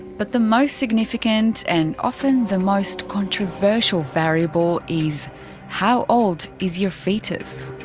but the most significant, and often the most controversial variable is how old is your fetus?